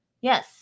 Yes